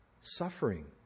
suffering